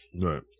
Right